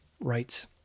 rights